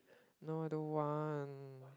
no don't want